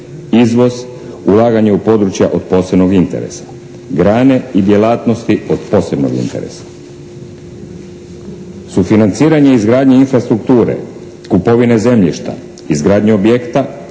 izvoz, ulaganje u područja od posebnog interesa, grane i djelatnosti od posebnog interesa, sufinanciranje izgradnje infrastrukture, kupovine zemljišta, izgradnje objekta